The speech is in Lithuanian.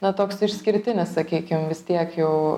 na toks išskirtinis sakykim vis tiek jau